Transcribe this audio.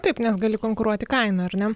taip nes gali konkuruoti kaina ar ne